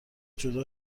جدا